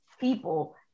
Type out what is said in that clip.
people